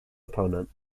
opponent